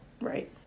Right